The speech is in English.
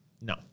No